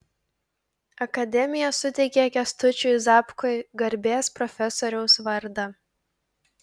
akademija suteikė kęstučiui zapkui garbės profesoriaus vardą